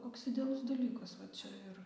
koks idealus dalykas va čia ir